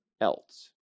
else